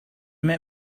met